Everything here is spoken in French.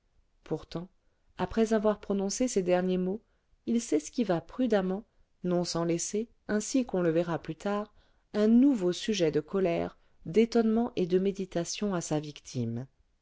pourtant après avoir prononcé ces derniers mots il s'esquiva prudemment non sans laisser ainsi qu'on le verra plus tard un nouveau sujet de colère d'étonnement et de méditation à sa victime